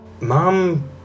Mom